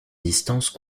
distance